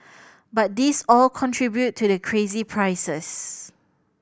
but these all contribute to the crazy prices